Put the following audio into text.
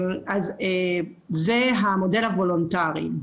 זה המודל הוולונטרי.